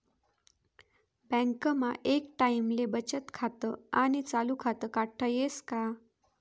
बँकमा एक टाईमले बचत खातं आणि चालू खातं काढता येस का?